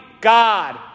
God